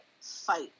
fight